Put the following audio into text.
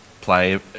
play